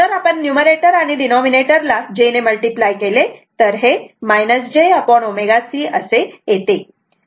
जर आपण नुमरेटर आणि डिनॉमिनेटर ला j ने मल्टिप्लाय केले तर हे jω C असे येते